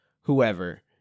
whoever